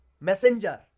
messenger